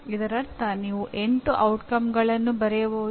ಇದರರ್ಥ ನೀವು 8 ಪರಿಣಾಮಗಳನ್ನು ಬರೆಯಬಹುದು